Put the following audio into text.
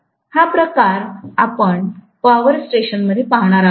हा प्रकार आपण पॉवर स्टेशन मध्ये पाहणार आहोत